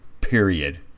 Period